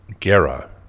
Gera